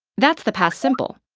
that's the past simple,